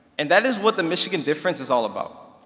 and that is what the michigan difference is all about.